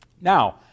Now